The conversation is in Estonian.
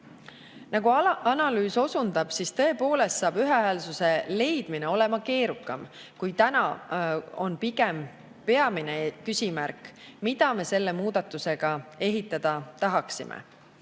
Nagu analüüs osundab, on ühehäälsuse leidmine tõepoolest keerukam, kuid täna on pigem peamine küsimus, mida me selle muudatusega ehitada tahaksime.